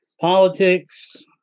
politics